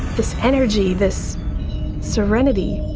this energy, this serenity.